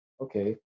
okay